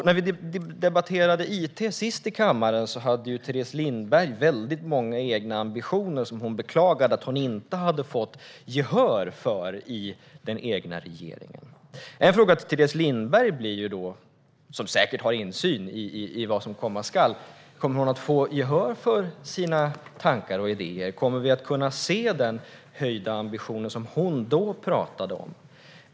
När vi debatterade it sist i kammaren hade Teres Lindberg många egna ambitioner som hon beklagade att hon inte hade fått gehör för i den egna regeringen. Teres Lindberg har säkert insyn i vad som komma skall, men kommer hon att få gehör för sina tankar och idéer? Kommer vi att se den höjda ambitionen som hon då pratade om?